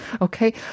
Okay